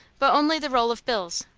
but only the roll of bills.